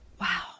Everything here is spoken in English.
wow